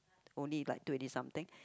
only like twenty something